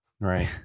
right